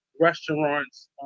restaurant's